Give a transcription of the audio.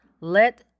let